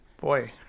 boy